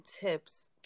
tips